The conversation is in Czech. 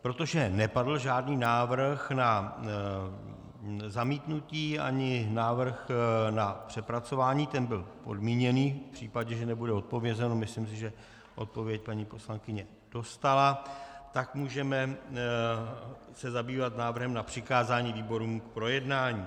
Protože nepadl žádný návrh na zamítnutí ani návrh na přepracování, ten byl podmíněný v případě, že nebude odpovězeno, myslím si, že odpověď paní poslankyně dostala, tak se můžeme zabývat návrhem na přikázání výborům k projednání.